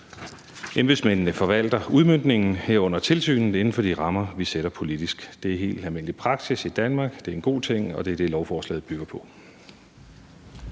Embedsmændene forvalter udmøntningen, herunder tilsynet, inden for de rammer, vi sætter politisk. Det er helt almindelig praksis i Danmark, det er en god ting, og det er det, lovforslaget bygger på.